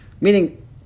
Meaning